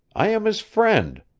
i am his friend!